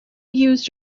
used